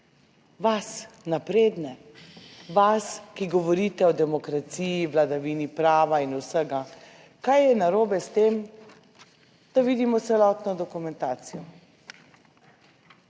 vas, napredne, vas, ki govorite o demokraciji, vladavini prava in vsega. Kaj je narobe s tem, da vidimo celotno dokumentacijo?